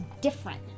different